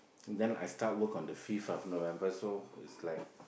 then I start work on the fifth of November so it's like